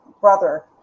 brother